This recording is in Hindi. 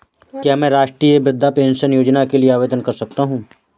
क्या मैं राष्ट्रीय वृद्धावस्था पेंशन योजना के लिए आवेदन कर सकता हूँ?